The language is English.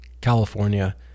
California